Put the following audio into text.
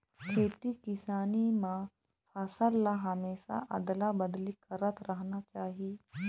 खेती किसानी म फसल ल हमेशा अदला बदली करत रहना चाही